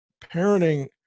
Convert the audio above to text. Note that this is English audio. parenting